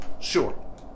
Sure